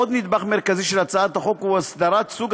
עוד נדבך מרכזי של הצעת החוק הוא הסדרת סוג